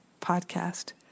podcast